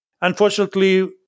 unfortunately